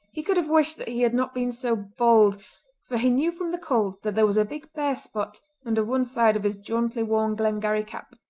he could have wished that he had not been so bold for he knew from the cold that there was a big bare spot under one side of his jauntily worn glengarry cap.